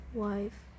wife